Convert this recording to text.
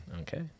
Okay